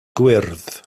gwyrdd